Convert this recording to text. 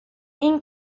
این